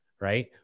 Right